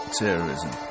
terrorism